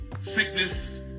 sickness